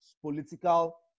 political